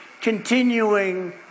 continuing